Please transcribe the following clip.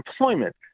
employment